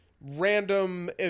random